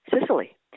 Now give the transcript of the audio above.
Sicily